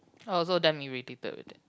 I also damn irritated with them